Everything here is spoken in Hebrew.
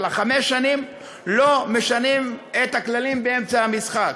לא משנים את הכללים באמצע המשחק,